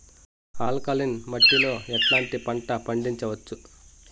Alkaline మట్టి లో ఎట్లాంటి పంట పండించవచ్చు,?